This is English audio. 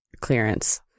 clearance